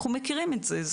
אנחנו מכירים את זה.